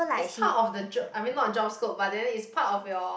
is part of the job I mean not job scope but then it's part of your